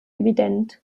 evident